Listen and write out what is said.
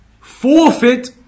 forfeit